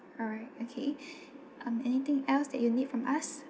alright okay um anything else that you need from us